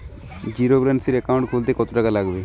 জিরোব্যেলেন্সের একাউন্ট খুলতে কত টাকা লাগবে?